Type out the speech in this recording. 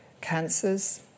cancers